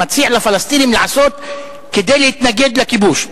מציע לפלסטינים לעשות כדי להתנגד לכיבוש?